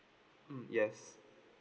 mm yes